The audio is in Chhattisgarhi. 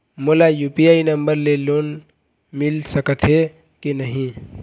मोला यू.पी.आई नंबर ले लोन मिल सकथे कि नहीं?